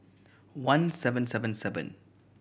one seven seven seven